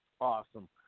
Awesome